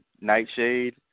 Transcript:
Nightshade